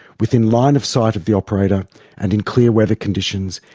within line of sight of the operator and in clear weather conditions,